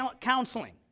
counseling